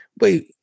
wait